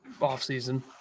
offseason